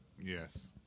yes